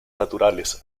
naturales